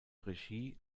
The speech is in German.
regie